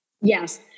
Yes